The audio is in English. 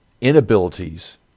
inabilities